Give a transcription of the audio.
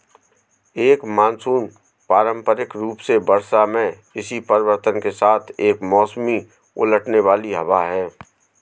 एक मानसून पारंपरिक रूप से वर्षा में इसी परिवर्तन के साथ एक मौसमी उलटने वाली हवा है